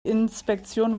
inspektion